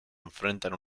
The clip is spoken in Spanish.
enfrentan